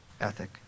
ethic